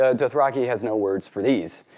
ah dothraki has no words for these.